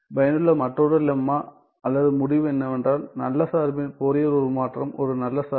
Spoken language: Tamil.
பயனுள்ள மற்றொரு லெம்மா அல்லது முடிவு என்னவென்றால் நல்ல சார்பின் ஃபோரியர் உருமாற்றம் ஒரு நல்ல சார்பின்